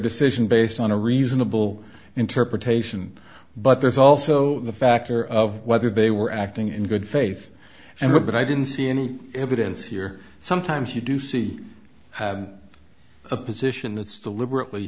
decision based on a reasonable interpretation but there's also the factor of whether they were acting in good faith and were but i didn't see any evidence here sometimes you do see a position that's deliberately